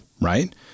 right